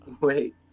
Wait